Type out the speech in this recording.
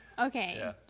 Okay